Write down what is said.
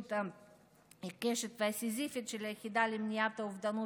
הפעילות העיקשת והסיזיפית של היחידה למניעת האובדנות